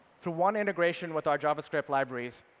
through one integration with our javascript libraries,